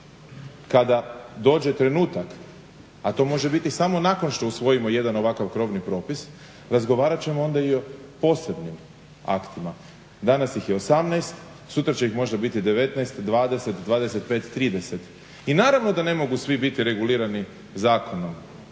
Kada dođe trenutak, a to može biti samo nakon što usvojimo jedan ovakav krovni propis, razgovarat ćemo onda i o posebnim aktima. Danas ih je 18, sutra će ih možda biti 19, 20, 25, 30. I naravno da ne mogu svi biti regulirani zakonom